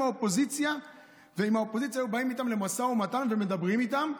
האופוזיציה והיו באים איתם למשא ומתן ומדברים איתם,